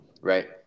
right